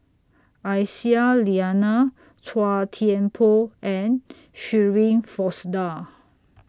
Aisyah Lyana Chua Thian Poh and Shirin Fozdar